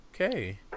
Okay